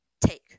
take